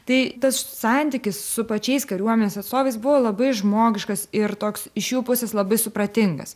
tai tas santykis su pačiais kariuomenės atstovais buvo labai žmogiškas ir toks iš jų pusės labai supratingas